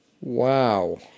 Wow